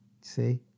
See